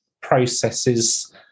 processes